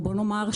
בואו נאמר,